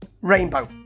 Rainbow